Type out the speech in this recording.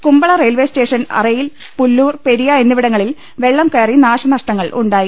Kumbla railway station അറ യിൽ പുല്ലൂർ പെരിയ എന്നിവിടങ്ങളിൽ വെളളം കയറി നാശ നഷ്ടങ്ങളുണ്ടായി